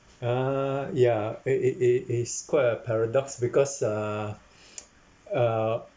uh ya it it it it's quite a paradox because uh uh